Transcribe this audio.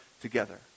together